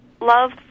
love